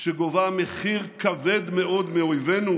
שגובה מחיר כבד מאוד מאויבינו,